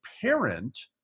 parent